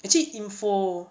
actually info